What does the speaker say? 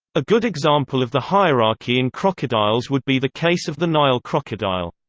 a good example of the hierarchy in crocodiles would be the case of the nile crocodile.